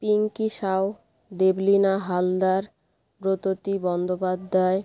Pinki Shaw Debolina Haldar Bratati Bandyopadhyay